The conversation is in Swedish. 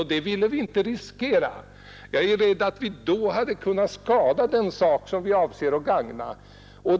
Det ville vi inte riskera. Jag är rädd att vi då hade kunnat skada den sak som vi avser att gagna.